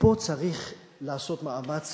ופה צריך לעשות מאמץ